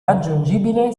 raggiungibile